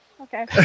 okay